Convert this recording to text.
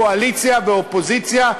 קואליציה ואופוזיציה,